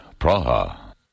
Praha